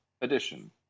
edition